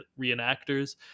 reenactors